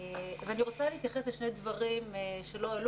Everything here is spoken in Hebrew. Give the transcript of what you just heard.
אני רוצה להתייחס לשני דברים שלא עלו